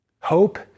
Hope